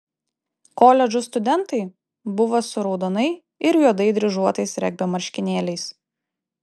koledžų studentai buvo su raudonai ir juodai dryžuotais regbio marškinėliais